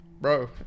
bro